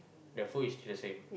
the food is still the same